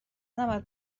نباید